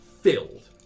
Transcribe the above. filled